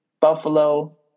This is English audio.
Buffalo